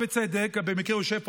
ובצדק במקרה הוא יושב פה,